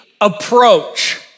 approach